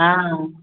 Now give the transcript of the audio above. हँ